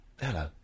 Hello